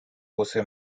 jose